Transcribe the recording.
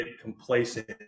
complacent